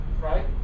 right